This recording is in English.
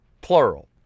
plural